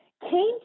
came